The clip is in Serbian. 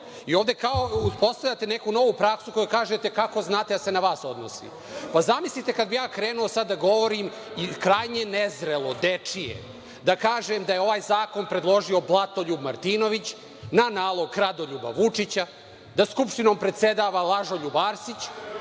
kao da uspostavljate neku novu praksu, pa kažete – kako znate da se na vas odnosi? Pa, zamislite kada bih ja krenuo sada da govorim, krajnje nezrelo, dečije, da kažem da je ovaj zakon predložio blatoljub Martinović, na nalog kradoljuba Vučića, da Skupštinom predsedava lažoljub Arsić,